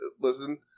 Listen